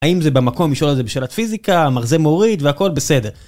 האם זה במקום לשאול על הזה בשאלת פיזיקה, מרזה מוריד והכל בסדר.